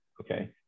Okay